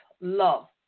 love